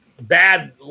bad